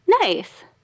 Nice